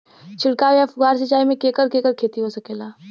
छिड़काव या फुहारा सिंचाई से केकर केकर खेती हो सकेला?